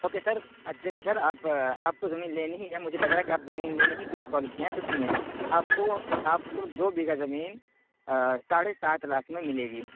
okay sir دیکھیے sir آپ آپ کو زمین لینی ہی ہے مجھے لگ رہا ہے کہ آپ زمین لینے ہی کے لیے کال کیے ہیں تو سنیے آپ کو آپ کو دو بیگھہ زمین ساڑھے سات لاکھ میں ملے گی